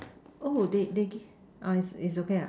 oh they they give